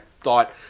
thought